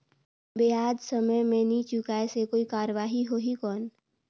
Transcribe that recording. ब्याज समय मे नी चुकाय से कोई कार्रवाही होही कौन?